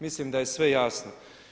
Mislim da je sve jasno.